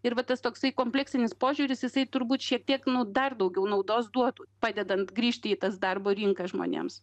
ir va tas toksai kompleksinis požiūris jisai turbūt šiek tiek nu dar daugiau naudos duotų padedant grįžti į tas darbo rinką žmonėms